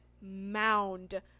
mound